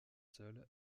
seuls